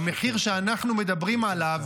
המחיר שאנחנו מדברים עליו,